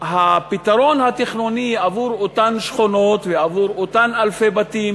הפתרון התכנוני עבור אותן שכונות ועבור אותם אלפי בתים